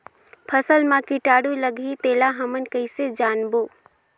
फसल मा कीटाणु लगही तेला हमन कइसे जानबो?